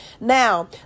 now